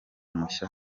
mushya